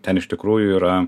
ten iš tikrųjų yra